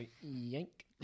Yank